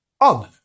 on